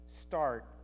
start